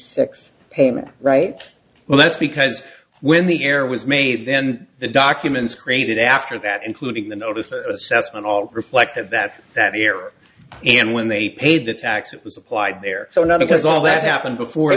six payment right well that's because when the error was made then the documents created after that including the notice that assessment all reflected that that year and when they paid the tax it was applied there so not because all that happened before